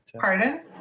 pardon